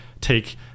take